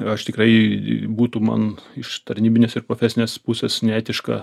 aš tikrai būtų man iš tarnybinės ir profesinės pusės neetiška